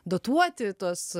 dotuoti tuos